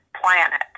planet